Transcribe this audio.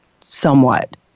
somewhat